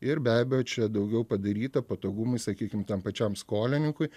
ir be abejo čia daugiau padaryta patogumui sakykim tam pačiam skolininkui